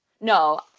No